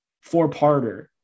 four-parter